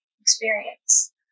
experience